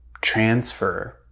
Transfer